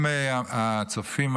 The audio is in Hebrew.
אם הצופים,